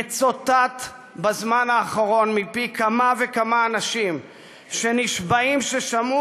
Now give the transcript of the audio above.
מצוטט בזמן האחרון מפי כמה וכמה אנשים שנשבעים ששמעו